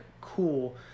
cool